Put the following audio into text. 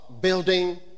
building